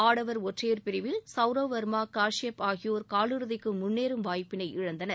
ஆடவர் ஒற்றையர் பிரிவில் சவுரவ் வர்மா கஷ்யாப் ஆகியோர் காலிறுதிக்கு முன்னேறும் வாய்ப்பினை இழந்தனர்